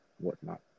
whatnot